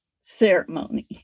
ceremony